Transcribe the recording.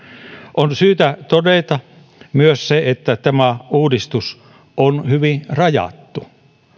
on syytä todeta myös se että tämä uudistus on hyvin rajattu